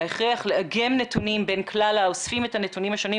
ההכרח לעגן נתונים בין כלל האוספים את הנתונים השונים.